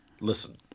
Listen